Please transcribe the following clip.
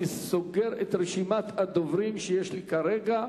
אני סוגר את רשימת הדוברים שיש לי כרגע.